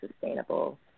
sustainable